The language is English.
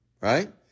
right